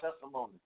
testimony